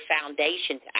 foundations